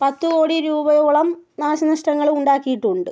പത്ത് കോടി രൂപയോളം നാശനഷ്ടങ്ങൾ ഉണ്ടാക്കിയിട്ടുണ്ട്